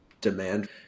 demand